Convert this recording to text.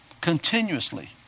continuously